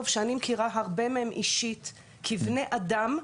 שאני מכירה הרבה מהם אישית כבני אדם,